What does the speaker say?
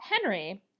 Henry